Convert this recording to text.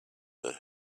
that